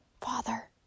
Father